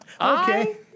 Okay